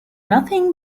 nothing